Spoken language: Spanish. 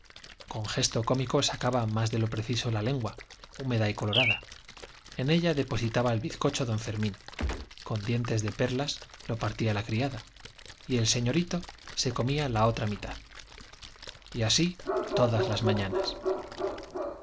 con gesto cómico sacaba más de lo preciso la lengua húmeda y colorada en ella depositaba el bizcocho don fermín con dientes de perlas lo partía la criada y el señorito se comía la otra mitad y así todas las mañanas